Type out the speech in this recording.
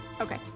Okay